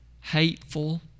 hateful